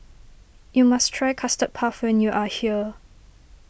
you must try Custard Puff when you are here